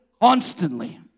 constantly